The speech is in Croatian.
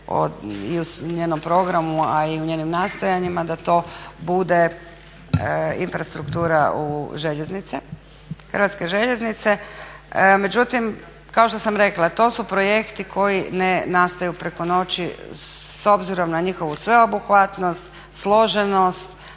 i u njenom programu a i u njenim nastojanjima da to bude infrastruktura u željeznice, Hrvatske željeznice. Međutim, kao što sam rekla to su projekti koji ne nastaju preko noći s obzirom na njihovu sveobuhvatnost, složenost,